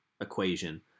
equation